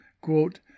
quote